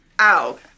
ow